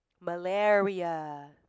malaria